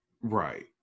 Right